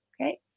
Okay